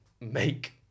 make